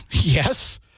yes